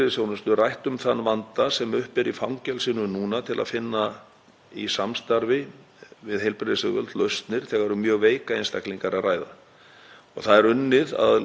Það er unnið að lausnum svo hægt sé að koma upp aðstöðu fyrir lækna á Litla-Hrauni til bráðabirgða á meðan á þeirri mikilvægu uppbyggingu sem fyrir höndum er stendur.